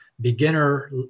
beginner